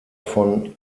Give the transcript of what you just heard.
von